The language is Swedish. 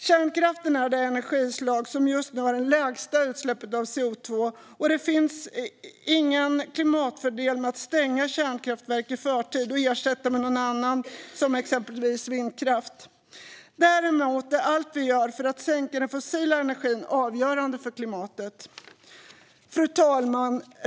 Kärnkraften är det energislag som just nu har de lägsta utsläppen av CO2, och det finns ingen klimatfördel med att stänga kärnkraftverk i förtid och ersätta med något annat, exempelvis vindkraft. Däremot är allt vi gör för att minska mängden fossil energi avgörande för klimatet. Fru talman!